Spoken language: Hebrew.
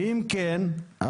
אם כן,